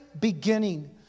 beginning